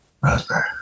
raspberry